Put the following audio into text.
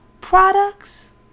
products